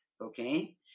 Okay